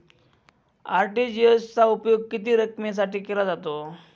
RTGS चा उपयोग किती रकमेसाठी केला जातो?